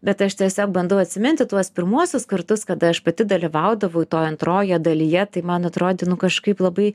bet aš tiesiog bandau atsiminti tuos pirmuosius kartus kada aš pati dalyvaudavau toj antroje dalyje tai man atrodė nu kažkaip labai